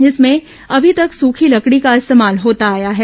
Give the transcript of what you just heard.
इसमें अभी तक सुखी लकड़ी का इस्तेमाल होता आया है